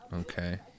Okay